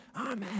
Amen